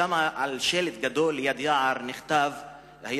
ושם על שלט גדול ליד יער היה כתוב: